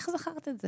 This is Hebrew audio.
איך זכרת את זה?